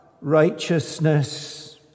righteousness